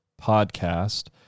podcast